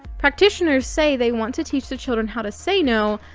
practitioners say they want to teach the children how to say no,